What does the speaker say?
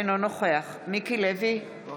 אינו נוכח מיקי לוי, אינו